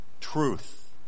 truth